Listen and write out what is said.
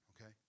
okay